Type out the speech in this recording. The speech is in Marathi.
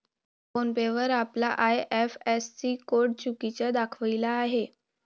फोन पे वर आपला आय.एफ.एस.सी कोड चुकीचा दाखविला आहे